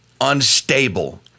unstable